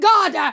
God